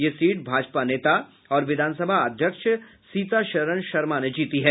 यह सीट भाजपा नेता और विधानसभा अध्यक्ष सीताशरण शर्मा ने जीती है